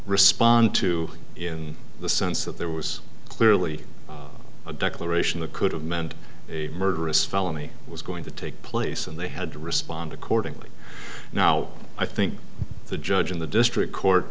respond to in the sense that there was clearly a declaration that could have meant a murderous felony was going to take place and they had to respond accordingly now i think the judge in the district